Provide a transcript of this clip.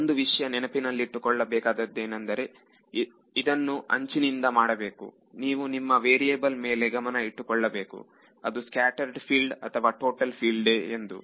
ಒಂದು ವಿಷ್ಯ ನೆನಪಿಟ್ಟುಕೊಳ್ಳಬೇಕಾದ ಅದೇನೆಂದರೆ ಇದನ್ನು ಅಂಚಿನಿಂದ ಮಾಡಬೇಕು ನೀವು ನಿಮ್ಮ ವೇರಿಯೇಬಲ್ ಮೇಲೆ ಗಮನ ಇಟ್ಟುಕೊಳ್ಳಬೇಕು ಅದು ಸ್ಕ್ಯಾಟರೆಡ್ ಫೀಲ್ಡ್ ಅಥವಾ ಟೋಟಲ್ ಫೀಲ್ಡ್ ಡೇ ಎಂದು